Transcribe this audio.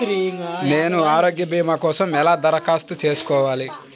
నేను ఆరోగ్య భీమా కోసం ఎలా దరఖాస్తు చేసుకోవాలి?